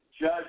judge